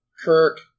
Kirk